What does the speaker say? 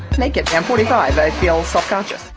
naked i'm forty five, i feel self-conscious.